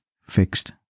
fixed